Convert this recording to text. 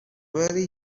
very